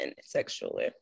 sexually